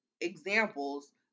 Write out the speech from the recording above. examples